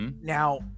now